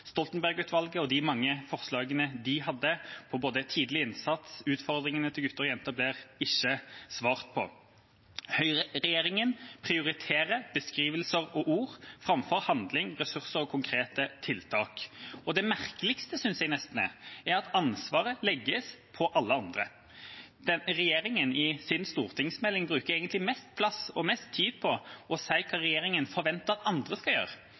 og de mange forslagene de hadde om både tidlig innsats og utfordringene til gutter og jenter, blir ikke svart på. Høyreregjeringa prioriterer beskrivelser og ord framfor handling, ressurser og konkrete tiltak. Og det merkeligste synes jeg nesten er at ansvaret legges på alle andre. Regjeringa bruker i sin stortingsmelding egentlig mest plass og mest tid på å si hva regjeringa forventer at andre skal gjøre